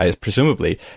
presumably